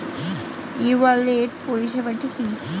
ই wallet পরিষেবাটি কি?